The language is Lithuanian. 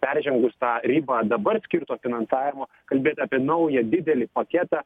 peržengus tą ribą dabar skirto finansavimo kalbėt apie naują didelį paketą